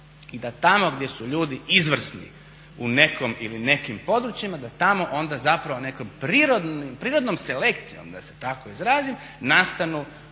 i da tamo gdje su ljudi izvrsni u nekom ili nekim područjima da tamo onda nekom prirodnom selekcijom da se tako izrazim nastanu